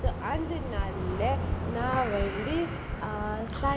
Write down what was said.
so அந்த நாள்ல நா வந்து:andha naalla naa vanthu